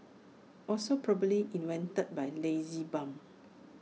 also probably invented by lazy bum